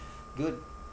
good